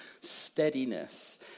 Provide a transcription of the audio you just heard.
steadiness